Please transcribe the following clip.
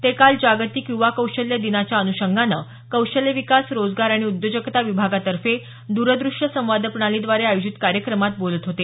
ते काल जागतिक युवा कौशल्य दिनाच्या अनुषंगानं कौशल्य विकास रोजगार आणि उद्योजकता विभागातर्फे दूरदृष्य संवाद प्रणालीद्वारे आयोजित कार्यक्रमात बोलत होते